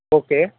okay